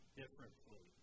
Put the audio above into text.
differently